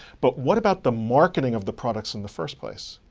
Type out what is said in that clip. but what about the marketing of the products in the first place?